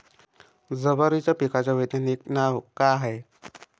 जवारीच्या पिकाचं वैधानिक नाव का हाये?